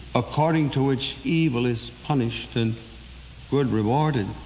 according to which evil is punished and good rewarded.